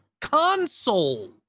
console